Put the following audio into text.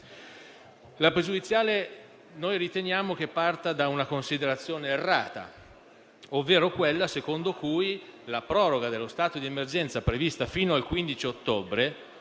la pregiudiziale parta da una considerazione errata, ovvero quella secondo cui la proroga dello stato di emergenza prevista fino al 15 ottobre